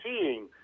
seeing